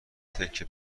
تکه